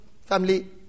family